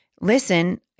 listen